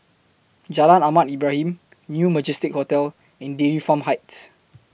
Jalan Ahmad Ibrahim New Majestic Hotel and Dairy Farm Heights